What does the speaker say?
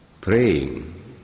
praying